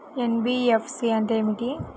NBFC అంటే ఏమిటి?